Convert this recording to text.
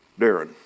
Darren